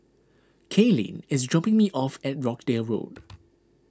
Kaylene is dropping me off at Rochdale Road